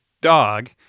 dog